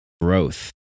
growth